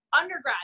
undergrad